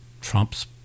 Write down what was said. Trump's